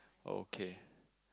okay